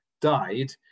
died